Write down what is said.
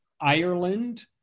Ireland